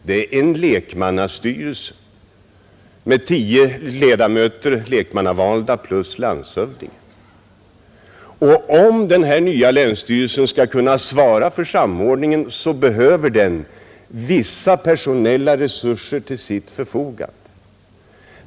Det är en lekmannastyrelse med tio lekmannavalda ledamöter plus landshövdingen. Om den här nya länsstyrelsen skall kunna svara för samordningen behöver den vissa personella resurser till sitt förfogande.